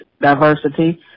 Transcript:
diversity